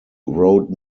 wrote